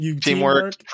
teamwork